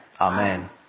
Amen